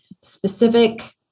specific